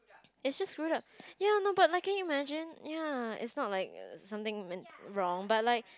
it's just screwed up ya no but like can you imagine ya it's not like something went wrong but like